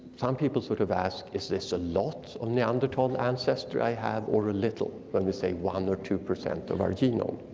some people sort of ask, is this a lot of neanderthal ancestry i have or a little when we say one or two percent of our genome?